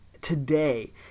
today